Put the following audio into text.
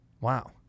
Wow